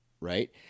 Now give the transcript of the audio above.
Right